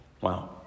Wow